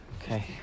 Okay